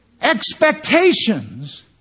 Expectations